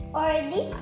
Already